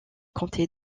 comté